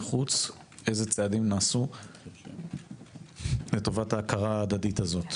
חוץ - איזה צעדים נעשו לטובת ההכרה ההדדית הזו.